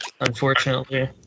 unfortunately